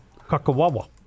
Kakawawa